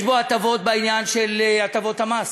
יש בו הטבות בעניין של הטבות המס,